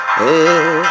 hey